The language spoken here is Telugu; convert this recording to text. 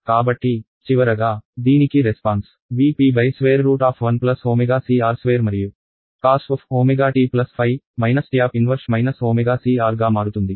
కాబట్టి చివరగా దీనికి రెస్పాన్స్ V p √ 1 ω CR² మరియు cos wt ϕ tan 1 ω C R గా మారుతుంది